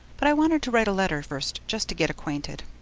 but i wanted to write a letter first just to get acquainted.